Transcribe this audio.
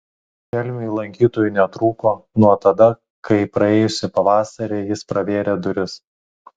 šelmiui lankytojų netrūko nuo tada kai praėjusį pavasarį jis pravėrė duris